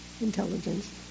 intelligence